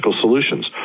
solutions